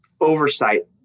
oversight